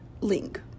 link